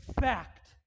fact